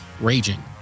raging